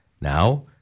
now